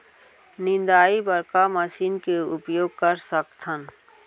निंदाई बर का मशीन के उपयोग कर सकथन?